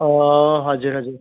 हजुर हजुर